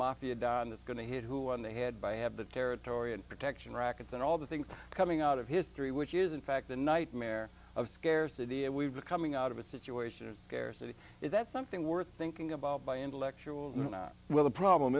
mafia don that's going to hit who on the head by have the territory and protection rackets and all the things coming out of history which is in fact the nightmare of scarcity and we've been coming out of a situation scarcity is that something worth thinking about by intellectual not where the problem